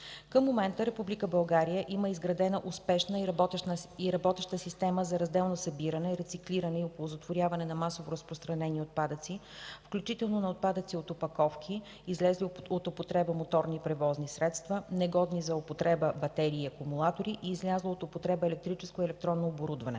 Към момента Република България има изградена успешна и работеща система за разделно събиране, рециклиране и оползотворяване на масово разпространени отпадъци, включително на отпадъци от опаковки, излезли от употреба моторни превозни средства, негодни за употреба батерии и акумулатори и излязло от употреба електрическо и електронно оборудване.